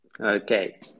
Okay